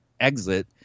exit